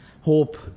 hope